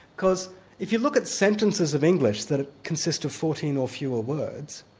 because if you look at sentences of english that ah consist of fourteen or fewer words,